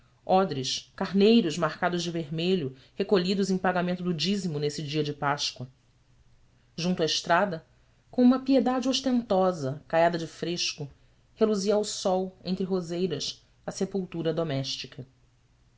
odres carneiros marcados de vermelho recolhidos em pagamento do dízimo nesse dia de páscoa junto à estrada com uma piedade ostentosa caiada de fresco reluzia ao sol entre roseiras a sepultura doméstica